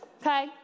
Okay